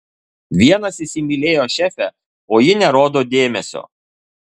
vienas įsimylėjo šefę o ji nerodo dėmesio